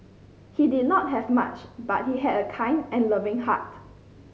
he did not have much but he had a kind and loving heart